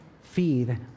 feed